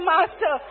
Master